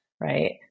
right